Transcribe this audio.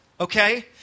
okay